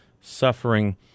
suffering